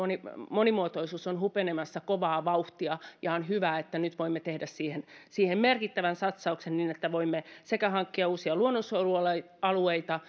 monimuotoisuus on hupenemassa kovaa vauhtia ja on hyvä että nyt voimme tehdä siihen siihen merkittävän satsauksen niin että voimme sekä hankkia uusia luonnonsuojelualueita